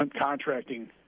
contracting